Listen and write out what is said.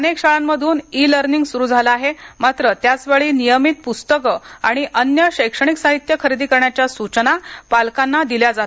अनेक शाळांमध्रन e learning सुरू झालं आहे मात्र त्याचवेळी नियमित पुस्तके आणि अन्य शैक्षणिक साहित्य खरेदी करण्याच्या सूचना पालकांना दिल्या जात